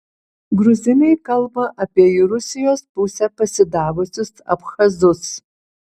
gruzinai kalba apie į rusijos pusę pasidavusius abchazus